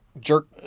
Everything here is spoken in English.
jerk